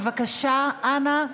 אנא,